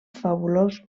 fabulós